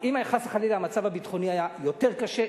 אם חס וחלילה המצב הביטחוני היה יותר קשה,